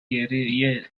geriye